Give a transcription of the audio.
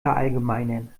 verallgemeinern